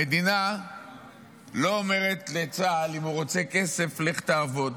המדינה לא אומרת לצה"ל אם הוא רוצה כסף: לך תעבוד